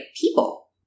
people